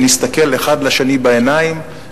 שנסתכל אחד לשני בעיניים,